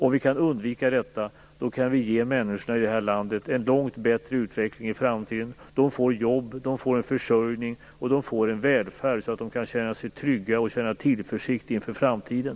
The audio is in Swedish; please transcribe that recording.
Om vi kan undvika detta, kan vi ge människorna i det här landet en långt bättre utveckling i framtiden. De får jobb, de får en försörjning och de får en välfärd så att de kan känna sig trygga och känna tillförsikt inför framtiden.